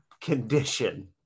condition